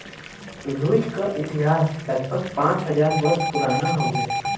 रुई क इतिहास लगभग पाँच हज़ार वर्ष पुराना हउवे